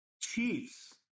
Chiefs